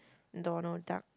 Donald-Duck